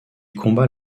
combat